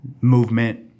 movement